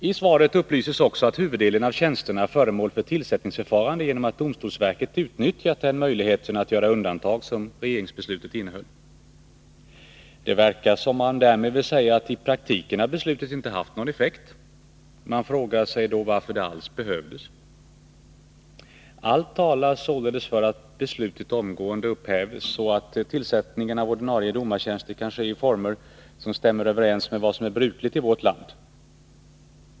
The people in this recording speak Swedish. I svaret upplyses också att huvuddelen av tjänsterna är föremål för tillsättningsförfarande genom att domstolsverket utnyttjat den möjlighet att göra undantag som regeringsbeslutet innehöll. Det verkar som om man därmed vill säga att beslutet i praktiken inte har haft någon effekt. Man frågar sig då varför det alls behövdes. Allt talar således för att beslutet upphävs omedelbart, så att tillsättningen av ordinarie domartjänster kan få ske i former som stämmer överens med vad som är brukligt i vårt land.